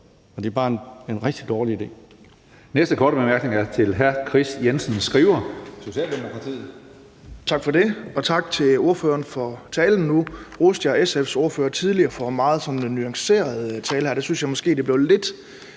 Det er bare en rigtig dårlig idé.